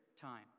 time